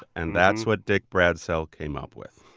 and that's what dick bradsell came up with